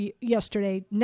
yesterday